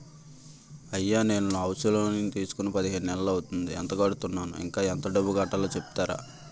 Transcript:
అయ్యా నేను housing loan తీసుకొని పదిహేను నెలలు అవుతోందిఎంత కడుతున్నాను, ఇంకా ఎంత డబ్బు కట్టలో చెప్తారా?